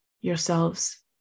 yourselves